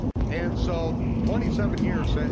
and so twenty seven years, and